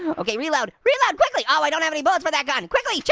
okay, reload, reload quickly! oh, i don't have any bullets for that gun. quickly,